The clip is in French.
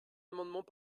amendements